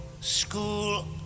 school